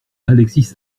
alexis